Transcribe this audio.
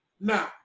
Now